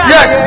Yes